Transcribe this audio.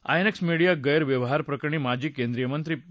INX media गैर व्यवहारप्रकरणी माजी केंद्रिय मंत्री पी